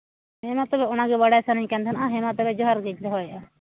ᱦᱮᱸᱢᱟ ᱛᱚᱵᱮ ᱚᱱᱟᱜᱮ ᱵᱟᱲᱟᱭ ᱥᱟᱱᱟᱧ ᱠᱟᱱ ᱛᱟᱦᱮᱱ ᱦᱮᱸᱢᱟ ᱛᱚᱵᱮ ᱡᱚᱦᱟᱨᱜᱮᱧ ᱫᱚᱦᱚᱭᱮᱫᱟ